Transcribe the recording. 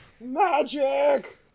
Magic